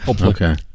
okay